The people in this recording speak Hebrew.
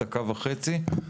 דקה וחצי,